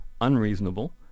unreasonable